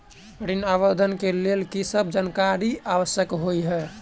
ऋण आवेदन केँ लेल की सब जानकारी आवश्यक होइ है?